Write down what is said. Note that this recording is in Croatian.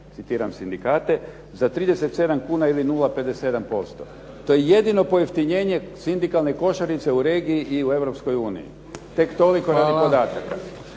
citiram sindikate, za 37 kuna ili 0,57%. To je jedino pojeftinjenje sindikalne košarice u regiji i u Europskoj uniji. Tek toliko radi podataka.